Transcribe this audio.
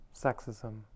sexism